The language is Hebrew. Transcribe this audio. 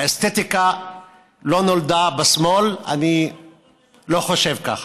האסתטיקה לא נולדה בשמאל, אני לא חושב ככה.